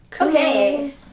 Okay